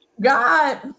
god